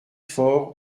faure